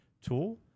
tool